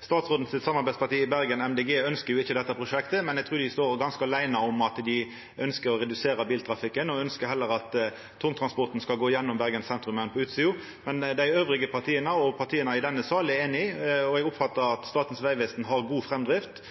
Statsråden sitt samarbeidsparti i Bergen, Miljøpartiet Dei Grøne, ønskjer jo ikkje dette prosjektet, men eg trur dei står ganske aleine om å ønskje å redusera biltrafikken og heller ønskje at tungtransporten skal gå gjennom Bergen sentrum enn på utsida. Men dei andre partia, og partia i denne salen, er einige, og eg oppfattar at Statens vegvesen har god framdrift.